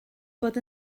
bod